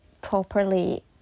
properly